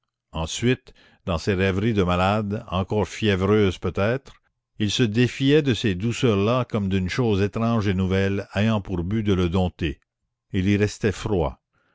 ensuite dans ses rêveries de malade encore fiévreuses peut-être il se défiait de ces douceurs là comme d'une chose étrange et nouvelle ayant pour but de le dompter il y restait froid